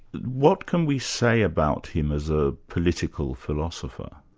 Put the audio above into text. what can we say about him as a political philosopher?